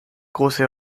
große